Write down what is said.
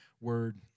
word